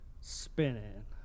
spinning